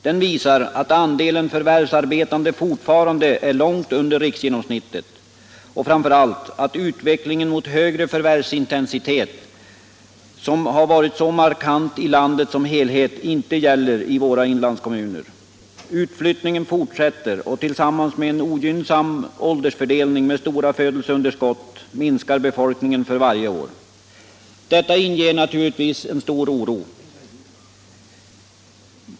Det visar att andelen förvärvsarbetande fortfarande är långt under riksgenomsnittet och framför allt att utvecklingen mot högre förvärvsintensitet, som har varit så markant i landet som helhet, inte gäller i våra inlandskommuner. Utflyttningen fortsätter och bidrar, tillsammans med en ogynnsam ål dersfördelning med-stora födelseunderskott, till att minska befolkningen för varje år. Detta inger naturligtvis stor oro.